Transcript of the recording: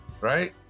right